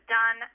done